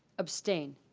abstained?